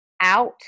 out